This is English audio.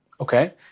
Okay